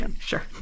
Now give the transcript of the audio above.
sure